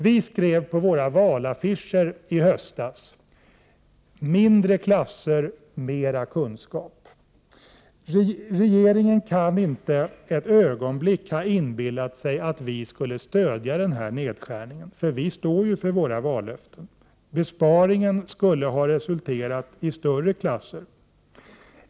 Vi skrev på våra valaffischer i höstas: Mindre klasser, mera kunskap. Regeringen kan inte ett ögonblick ha inbillat sig att vi skulle stödja nedskärningen. Vi står för våra vallöften. Besparingen skulle ha resulterat i större klasser.